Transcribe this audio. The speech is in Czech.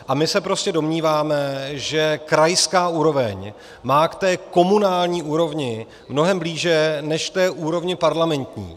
A my se prostě domníváme, že krajská úroveň má k té komunální úrovni mnohem blíže než k úrovni parlamentní.